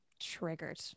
Triggered